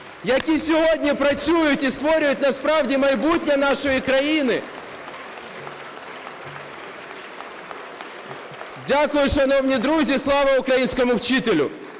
які сьогодні працюють і створюють насправді майбутнє нашої країни! (Оплески) Дякую, шановні друзі! Слава українському вчителю!